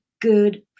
good